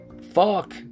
fuck